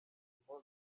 byishimo